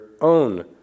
own